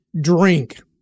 drink